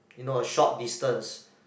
you know a short distance